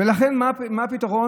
ולכן מה הפתרון?